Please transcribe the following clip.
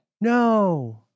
no